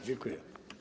Dziękuję.